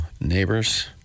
neighbors